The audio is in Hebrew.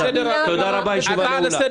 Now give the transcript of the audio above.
תודה רבה הישיבה נעולה.